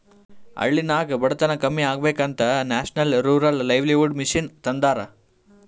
ಹಳ್ಳಿನಾಗ್ ಬಡತನ ಕಮ್ಮಿ ಆಗ್ಬೇಕ ಅಂತ ನ್ಯಾಷನಲ್ ರೂರಲ್ ಲೈವ್ಲಿಹುಡ್ ಮಿಷನ್ ತಂದಾರ